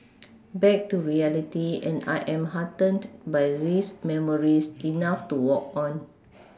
back to reality and I am heartened by these memories enough to walk on